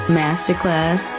masterclass